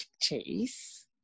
Chase